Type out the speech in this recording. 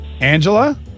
Angela